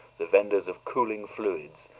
the vendors of cooling fluids,